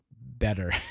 better